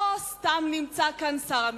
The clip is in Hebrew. לא סתם נמצא כאן שר המשפטים.